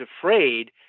afraid